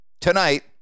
tonight